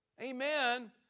amen